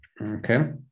okay